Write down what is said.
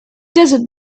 desert